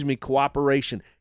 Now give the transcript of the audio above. cooperation